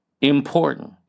important